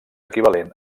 equivalent